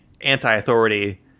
anti-authority